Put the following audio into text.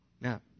Now